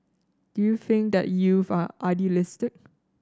do you think that youth are idealistic